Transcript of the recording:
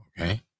okay